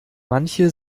manche